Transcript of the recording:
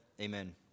amen